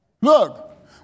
Look